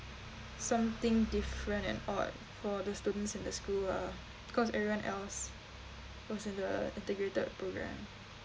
something different and odd for the students in the school lah cause everyone else was in the integrated program